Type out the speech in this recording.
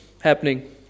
happening